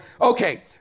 Okay